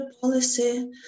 policy